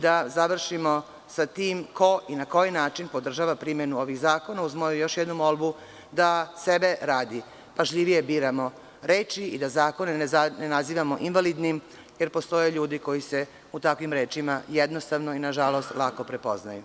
Da završimo sa tim ko i na koji način podržava primenu ovih zakona, uz jednu molbu da sebe radi pažljivije biramo reči i da zakone ne nazivamo invalidnim jer postoje ljudi koji se u takvim rečima jednostavno i nažalost lako prepoznaju.